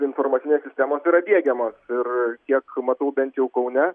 informacinės sistemos yra diegiamos ir kiek matau bent jau kaune